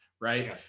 right